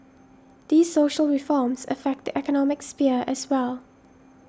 these social reforms affect the economic sphere as well